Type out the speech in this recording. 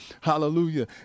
Hallelujah